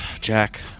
Jack